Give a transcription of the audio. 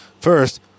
First